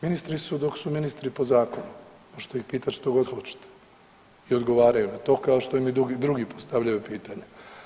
Ministri su dok su ministri po zakonu, možete ih pitati što god hoćete i odgovaraju na to kao što im i drugi postavljaju pitanja.